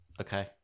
Okay